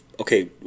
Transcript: Okay